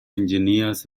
engineers